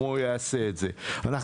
דיון כבד.